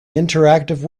interactive